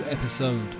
Episode